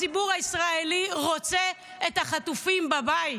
הציבור הישראלי רוצה את החטופים בבית.